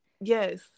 yes